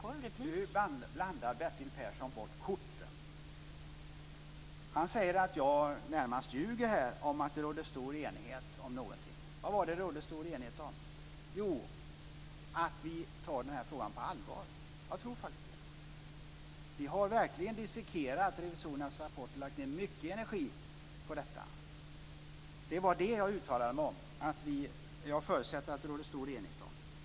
Fru talman! Nu blandar Bertil Persson bort korten. Han säger att jag närmast ljuger om att det råder stor enighet om någonting. Men vad var det som det rådde stor enighet om? Jo, om att vi tar frågan på allvar. Jag tror faktiskt det. Vi har verkligen dissekerat revisorernas rapport och lagt ned mycket energi på detta. Det var den saken som jag uttalade mig om. Jag förutsätter alltså att det råder stor enighet om detta.